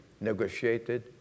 negotiated